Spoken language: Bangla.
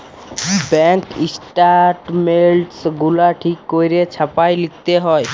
ব্যাংক ইস্ট্যাটমেল্টস গুলা ঠিক ক্যইরে ছাপাঁয় লিতে হ্যয়